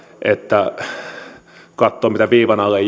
että kun katsoo mitä viivan alle